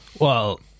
Well-